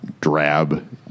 drab